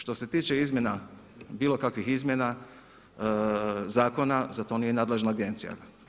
Što se tiče izmjena, bilo kakvih izmjena zakona za to nije nadležna agencija.